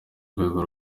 rwego